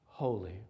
holy